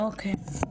אוקיי.